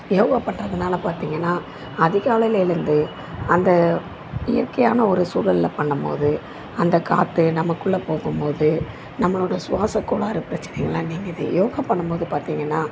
யோகா பண்ணுறதுனால பார்த்தீங்கனா அதிகாலையில் எழுந்து அந்த இயற்கையான ஒரு சூழல்ல பண்ணும் போது அந்த காற்று நமக்குள்ளே போகும் போது நம்மளோடய சுவாச கோளாறு பிரச்சினைகள்லாம் நீங்குது யோகா பண்ணும் போது பார்த்தீங்கனா